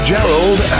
Gerald